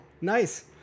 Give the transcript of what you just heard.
nice